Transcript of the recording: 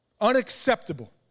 unacceptable